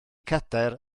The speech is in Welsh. cadair